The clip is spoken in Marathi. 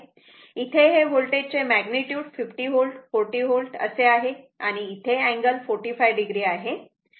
इथे हे वोल्टेजचे मॅग्निट्युड 50 V 40 V असे आहे आणि इथे अँगल 45 o आहे